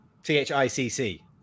T-H-I-C-C